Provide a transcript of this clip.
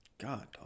God